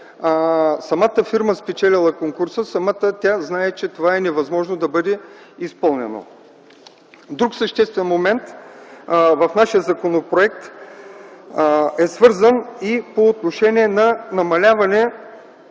самата фирма, спечелила конкурса, знае, че това е невъзможно да бъде изпълнено. Друг съществен момент в нашия законопроект е по отношение намаляване